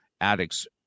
addicts